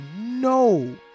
no